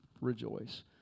rejoice